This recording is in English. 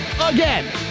again